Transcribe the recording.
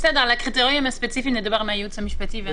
על הקריטריונים הספציפיים נדבר עם הייעוץ המשפטי.